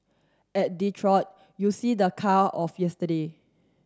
at Detroit you see the car of yesterday